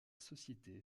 société